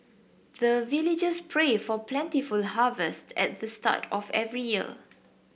the villagers pray for plentiful harvest at the start of every year